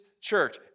church